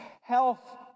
health